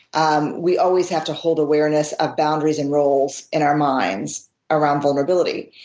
um we always have to hold awareness of boundaries and roles in our minds around vulnerability.